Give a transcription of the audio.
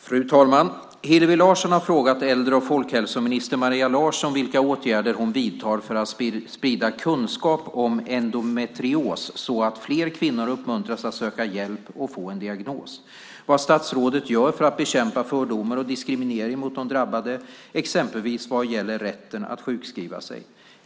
Fru talman! Hillevi Larsson har frågat äldre och folkhälsominister Maria Larsson vilka åtgärder hon vidtar för att sprida kunskap om endometrios så att fler kvinnor uppmuntras att söka hjälp och få en diagnos och vad statsrådet gör för att bekämpa fördomar och diskriminering mot de drabbade, exempelvis vad gäller rätten att sjukskriva sig.